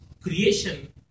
creation